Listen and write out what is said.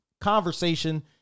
conversation